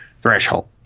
threshold